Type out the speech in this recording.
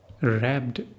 wrapped